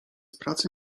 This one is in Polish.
pracy